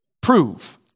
prove